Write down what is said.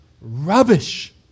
rubbish